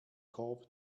korb